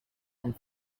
and